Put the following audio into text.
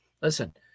listen